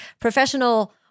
professional